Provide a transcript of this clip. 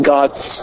God's